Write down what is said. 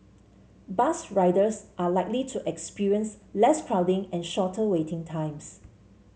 bus riders are likely to experience less crowding and shorter waiting times